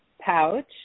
pouch